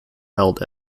held